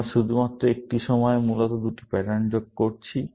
আমরা শুধুমাত্র একটি সময়ে মূলত দুটি প্যাটার্ন যোগ করছি